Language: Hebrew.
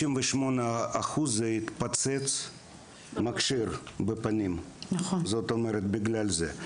58% התפוצץ המכשיר בפנים בגלל זה.